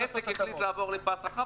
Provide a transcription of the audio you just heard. אם העסק החליט לעבור לפס רחב,